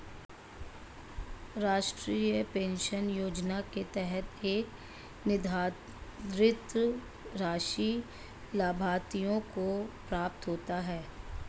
राष्ट्रीय पेंशन योजना के तहत एक निर्धारित राशि लाभार्थियों को प्राप्त होती है